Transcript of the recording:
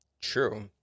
true